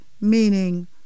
meaning